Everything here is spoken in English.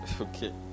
Okay